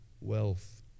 wealth